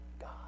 God